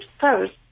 first